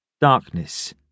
Darkness